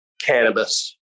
cannabis